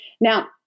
Now